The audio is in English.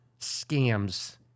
scams